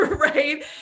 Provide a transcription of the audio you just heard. right